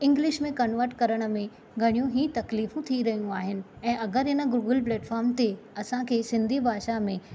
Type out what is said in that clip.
English में convert करण में घणियूं ई तकलीफ़ूं थी रहियूं आहिनि ऐं अगरि इन गूगुल पलैटफॉर्म ते असां खे सिंधी भाषा में